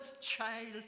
child